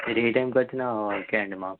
మీరు ఏ టైంకి వచ్చినా ఓకే అండి మాకు